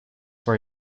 were